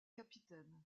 capitaine